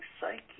psyche